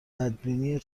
بدبینی